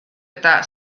eta